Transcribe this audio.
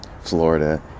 Florida